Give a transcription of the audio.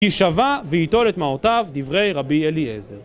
יישבע ויטול את מעותיו דברי רבי אליעזר